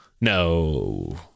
No